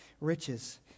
riches